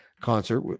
concert